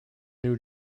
new